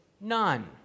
None